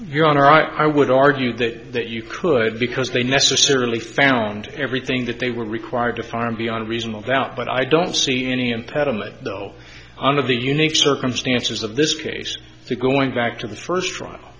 honor i would argue that that you could because they necessarily found everything that they were required to farm beyond reasonable doubt but i don't see any impediment though under the unique circumstances of this case the going back to the first trial